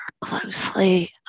closely